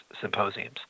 Symposiums